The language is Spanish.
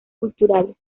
culturales